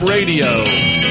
Radio